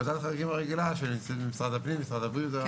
ועדת החריגים הרגילה של משרד הפנים, משרד הבריאות.